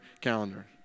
calendar